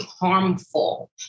harmful